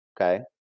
Okay